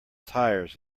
tires